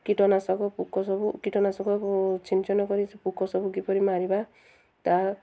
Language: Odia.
କୀଟନାଶକ ପୋକ ସବୁ କୀଟନାଶକ ଛିଞ୍ଚନ କରି ସେ ପୋକ ସବୁ କିପରି ମାରିବା ତା